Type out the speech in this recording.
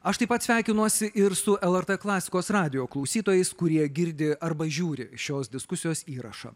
aš taip pat sveikinuosi ir su lrt klasikos radijo klausytojais kurie girdi arba žiūri šios diskusijos įrašą